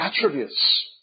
attributes